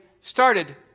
started